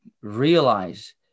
realize